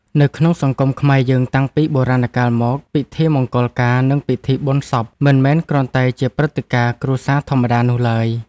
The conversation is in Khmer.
នៅក្នុងសង្គមខ្មែរយើងតាំងពីបុរាណកាលមក ពិធីមង្គលការនិងពិធីបុណ្យសពមិនមែនគ្រាន់តែជាព្រឹត្តិការណ៍គ្រួសារធម្មតានោះឡើយ។